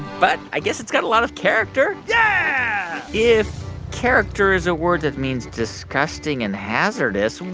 but i guess it's got a lot of character yeah if character is a word that means disgusting and hazardous.